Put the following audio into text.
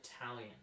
Italian